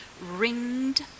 ringed